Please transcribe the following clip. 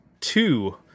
two